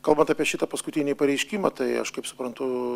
kalbant apie šitą paskutinį pareiškimą tai aš kaip suprantu